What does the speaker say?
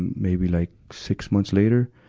and maybe like six months later,